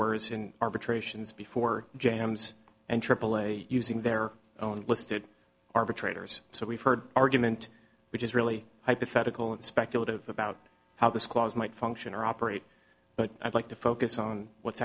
borrowers in arbitrations before jams and aaa using their own listed arbitrators so we've heard argument which is really hypothetical and speculative about how this clause might function or operate but i'd like to focus on what's